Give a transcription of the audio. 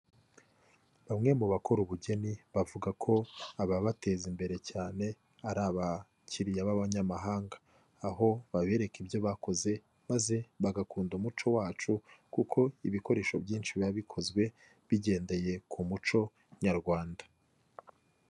Bamwe mu bakora ubugeni bavuga ko ababateza imbere cyane ari abakiriya b'abanyamahanga, aho babereka ibyo bakoze maze bagakunda umuco wacu kuko ibikoresho byinshi biba bikozwe bigendeye ku muco nyarwanda.